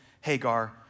Hagar